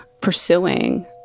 pursuing